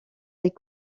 est